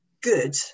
good